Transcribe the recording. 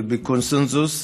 ובקונסנזוס,